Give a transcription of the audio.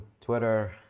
twitter